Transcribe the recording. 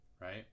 right